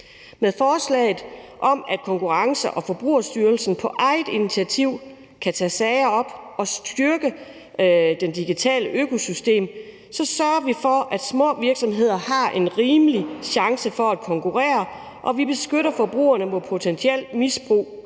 Med forslaget om, at Konkurrence- og Forbrugerstyrelsen på eget initiativ kan tage sager op og styrke det digitale økosystem, sørger vi for, at små virksomheder har en rimelig chance for at konkurrere, og vi beskytter forbrugerne mod potentielt misbrug